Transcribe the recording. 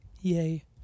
Yay